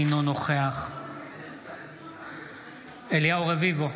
אינו נוכח אליהו רביבו,